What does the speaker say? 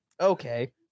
Okay